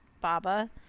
Baba